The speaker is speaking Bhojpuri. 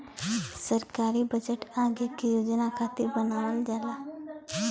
सरकारी बजट आगे के योजना खातिर बनावल जाला